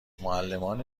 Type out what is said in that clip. معلمان